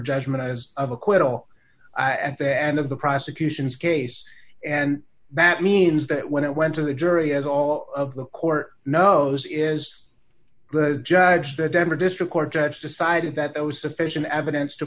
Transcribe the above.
judgment as of acquittal at the end of the prosecution's case and that means that when it went to the jury as all of the court knows it is the judge that deborah district court judge decided that there was sufficient evidence to